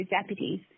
deputies